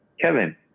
Kevin